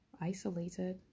isolated